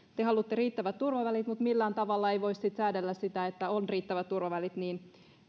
te haluatte riittävät turvavälit mutta millään tavalla ei voi sitten säädellä sitä että on riittävät turvavälit niin